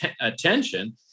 attention